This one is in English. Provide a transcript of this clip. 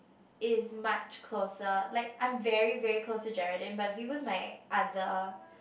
is much closer like I'm very very close to Geraldine but is my other